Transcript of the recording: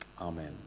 Amen